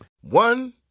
One